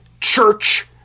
church